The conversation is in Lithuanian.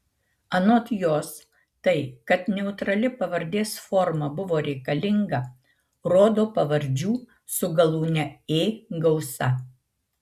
anot jos tai kad neutrali pavardės forma buvo reikalinga rodo pavardžių su galūne ė gausa